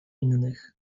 innych